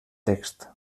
text